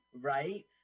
right